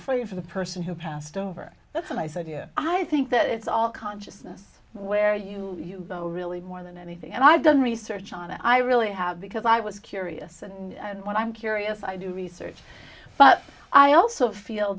you for the person who passed over that's a nice idea i think that it's all consciousness where you go really more than anything and i've done research on i really have because i was curious and when i'm curious i do research but i also feel